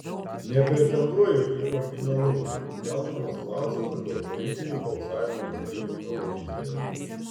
nepretenduoju į originalumą keldamas klausimą dėl politinių balsavimo motyvų eurovizijoje